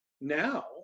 now